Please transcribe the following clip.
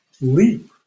leap